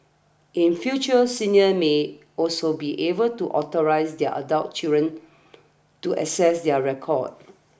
in future seniors may also be able to authorise their adult children to access their records